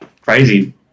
Crazy